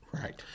Right